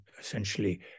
essentially